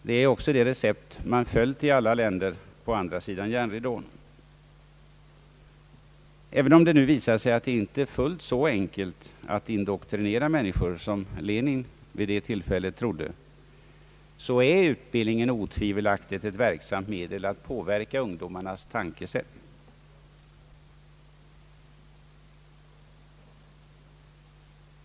Det är också detta recept man följt i alla länder på andra sidan järnridån. Även om det nu visar sig att det inte är fullt så enkelt att indoktrinera människor som Lenin vid det tillfället trodde, är utbildningen otvivelaktigt ett verksamt medel att påverka ungdomarnas tänkesätt.